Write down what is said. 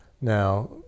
Now